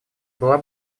была